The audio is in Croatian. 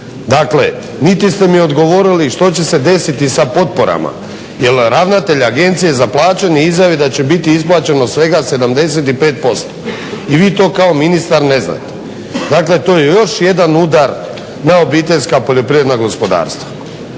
Dakle niti ste mi odgovorili što će se desiti sa potporama jer ravnatelj Agencije za plaćanje izjavio je da će biti izbačeno svega 75% i vi to kao ministar ne znate. Dakle to je još jedan udar na OPG-e. Na kraju krajeva,